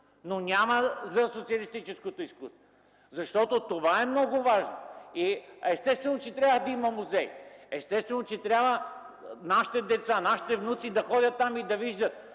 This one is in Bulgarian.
но няма за социалистическото изкуство. Това е много важно и естествено, че трябва да има музей. Естествено, че трябва нашите деца, нашите внуци да ходят там и да гледат,